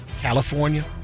California